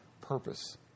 purpose